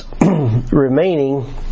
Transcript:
remaining